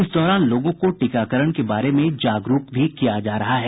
इस दौरान लोगों को टीकाकरण के बारे में जागरूक भी किया जा रहा है